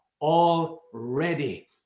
already